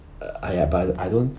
uh !aiya! but I don't